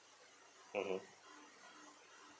mmhmm